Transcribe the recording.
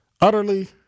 utterly